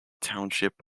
township